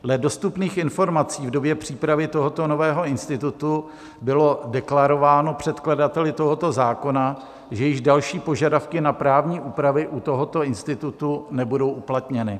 Dle dostupných informací v době přípravy tohoto nového institutu bylo deklarováno předkladateli tohoto zákona, že již další požadavky na právní úpravy u tohoto institutu nebudou uplatněny.